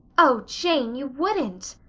oh, jane, you wouldn't,